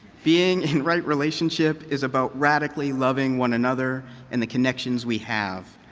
being in right relationship is about radically loving one another and the connections we have.